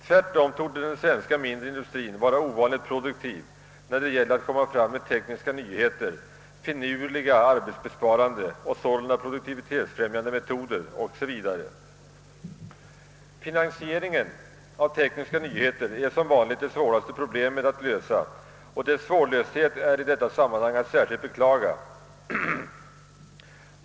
Tvärtom torde den svenska mindre industrien vara ovanligt produktiv när det gäller att åstadkomma tekniska nyheter, finurliga, arbetsbesparande och sålunda produktivitetsbefrämjande metoder o. s. v. Finansieringen av tekniska nyheter är som vanligt det svåraste problemet att lösa, och dess svårlösthet är i detta sammanhang att särskilt beklaga.